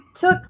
took